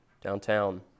downtown